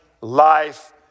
life